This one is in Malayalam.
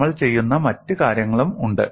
നമ്മൾ ചെയ്യുന്ന മറ്റ് കാര്യങ്ങളും ഉണ്ട്